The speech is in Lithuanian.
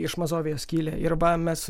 iš mazovijos kilę ir va mes